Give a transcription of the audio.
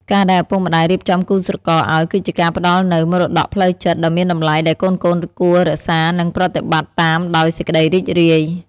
ការដែលឪពុកម្ដាយរៀបចំគូស្រករឱ្យ គឺជាការផ្ដល់នូវ "មរតកផ្លូវចិត្ត" ដ៏មានតម្លៃ ដែលកូនៗគួររក្សានិងប្រតិបត្តិតាមដោយសេចក្ដីរីករាយ។